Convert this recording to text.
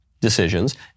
decisions